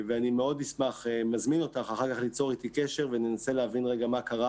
אני מזמין אותך אחר כך ליצור איתי קשר וננסה להבין רגע מה קרה